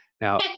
Now-